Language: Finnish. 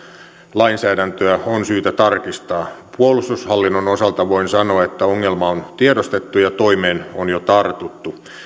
lainsäädäntöä on tosiaan syytä tarkistaa puolustushallinnon osalta voin sanoa että ongelma on tiedostettu ja toimeen on jo tartuttu